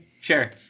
Sure